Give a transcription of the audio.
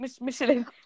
Michelin